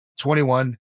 21